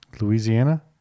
Louisiana